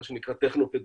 מה שנקרא טכנו פדגוגיה.